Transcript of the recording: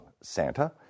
Santa